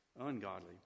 ungodly